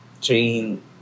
train